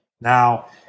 Now